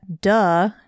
duh